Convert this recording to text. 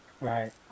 Right